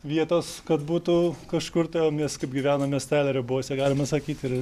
vietos kad būtų kažkur tai o mes kaip gyvenam miestelio ribose galima sakyti ir